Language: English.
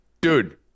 dude